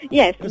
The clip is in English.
yes